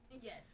Yes